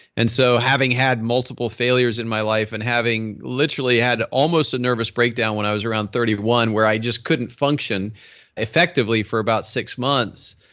and so, having had multiple failures in my life and having literally had almost a nervous breakdown when i was around thirty one where i just couldn't function effectively for about six months,